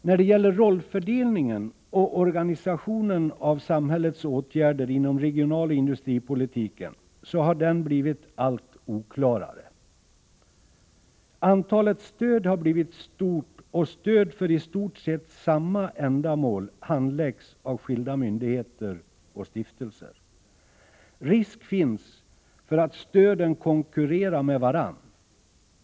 När det gäller rollfördelningen och organisationen av samhällets åtgärder inom regionalpolitiken och industripolitiken har den blivit allt oklarare. Antalet stöd har blivit stort, och stöd för i stort sett samma ändamål handläggs av skilda myndigheter och stiftelser. Risk finns för att stöden konkurrerar med varandra.